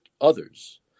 others